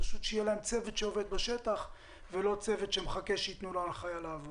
פשוט שיהיה להם צוות שעובד בשטח ולא צוות שמחכה שיתנו לו הנחיה לעבוד.